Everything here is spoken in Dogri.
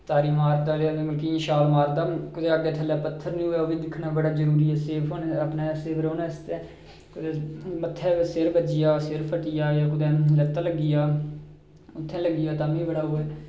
तारी मारदा अदे मतलब की इ'यां छाल मारदा कुदै अग्गै थल्लै पत्थर निं होऐ ओह् बी दिक्खना बड़ा जरूरी ऐ सेफ होने दे अपने सेफ रौह्नें आस्तै मत्था सिर बज्जी आ सिर फट्टी जा जां कुतै लत्ता लग्गी जा उत्थै लग्गी जा तां बी बड़ा ओह् ऐ